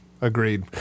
agreed